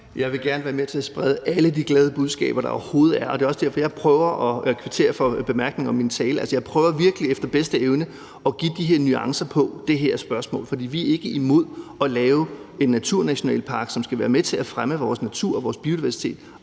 Jeg vil gerne være med til at sprede de gode budskaber, der overhovedet er. Det er også derfor, at jeg prøver at kvittere for bemærkningerne i min tale. Jeg prøver virkelig efter bedste evne at give de her nuancer i det her spørgsmål, for vi er ikke imod at lave en naturnationalpark, som skal være med til at fremme vores natur og biodiversitet,